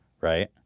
right